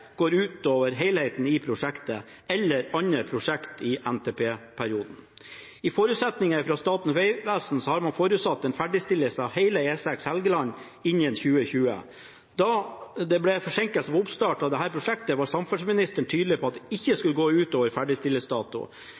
går utover helheten i prosjektet eller utover andre prosjekter i NTP-perioden. Fra Statens vegvesens side har man forutsatt en ferdigstillelse av hele E6 Helgeland innen 2020. Da det ble forsinkelse ved oppstarten av dette prosjektet, var samferdselsministeren tydelig på at dette ikke skulle gå